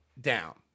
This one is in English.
down